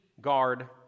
guard